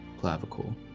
clavicle